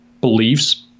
beliefs